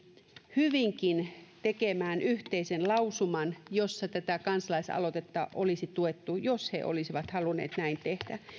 hyvinkin tekemään yhteisen lausuman jossa tätä kansalaisaloitetta olisi tuettu jos he olisivat halunneet näin tehdä